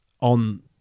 on